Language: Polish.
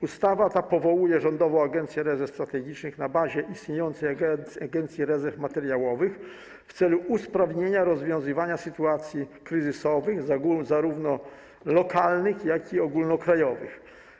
Ustawa ta powołuje Rządową Agencję Rezerw Strategicznych na bazie istniejącej Agencji Rezerw Materiałowych w celu usprawnienia rozwiązywania sytuacji kryzysowych, zarówno lokalnych, jak i ogólnokrajowych.